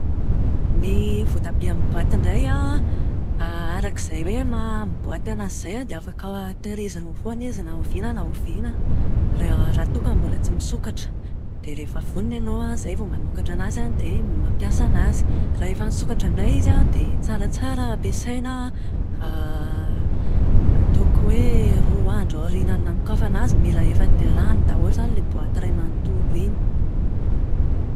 Ny voatabia amin'ny boaty indray an, arak'izay hoe maha-amin'ny boaty anazy izay an, dia afaka tahirizinao foana izy na oviana na oviana. Raha toa ka mbola tsy misokatra. Dia rehefa vonona ianao an, izay vao manokatra anazy an, dia mampiasa anazy. Raha efa nisokatra indray izy an, dia tsaratsara ampiasaina ataoko hoe roa andro aorianan'ny nanokafana azy mila efa lany daholo izany ilay boaty iray manontolo iny.